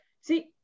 See